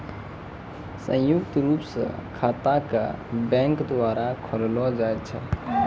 संयुक्त रूप स खाता क बैंक द्वारा खोललो जाय छै